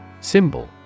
Symbol